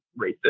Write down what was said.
racist